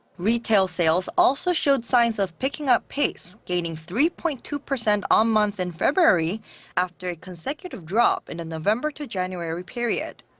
retail sales also showed signs of picking up pace, gaining three-point-two percent on-month in february after a consecutive drop and in the november to january period.